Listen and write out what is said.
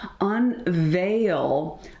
unveil